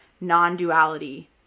non-duality